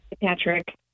Patrick